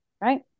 Right